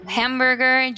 hamburger